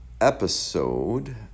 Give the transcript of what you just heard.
episode